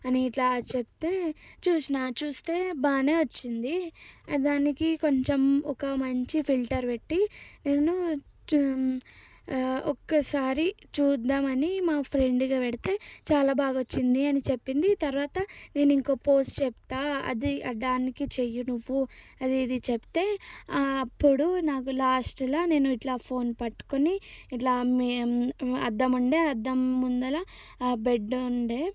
అని ఇట్లా చెబితే చూసినా చూస్తే బాగానే వచ్చింది దానికి కొంచెం ఒక మంచి ఫిల్టర్ పెట్టి నేను ఒక్కసారి చూద్దామని మా ఫ్రెండ్కి పెడితే చాలా బాగా వచ్చింది అని చెప్పింది తరువాత నేను ఇంకో పోస్ట్ చెప్తాను అది దానికి చెయ్యి నువ్వు అది ఇది చెబితే అప్పుడు నాకు లాస్ట్లో నేను ఇట్లా ఫోన్ పట్టుకొని ఇట్లా అద్దం ఉండే అద్దం ముందర ఆ బెడ్ ఉండే